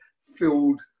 filled